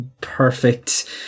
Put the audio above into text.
perfect